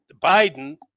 biden